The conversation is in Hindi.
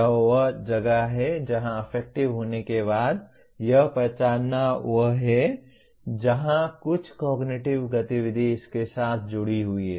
यह वह जगह है जहां अफेक्टिव होने के बाद यह पहचानना वह है जहां कुछ कॉग्निटिव गतिविधि इसके साथ जुड़ी हुई है